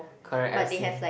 correct I've seen